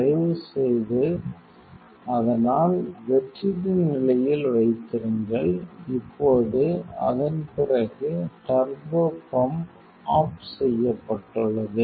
தயவு செய்து அதனால் வெற்றிட நிலையில் வைத்திருங்கள் இப்போது அதன் பிறகு டர்போபம்ப் ஆஃப் செய்யப்பட்டுள்ளது